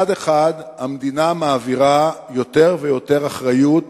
מצד אחד, המדינה מעבירה יותר ויותר אחריות